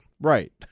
Right